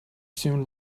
seem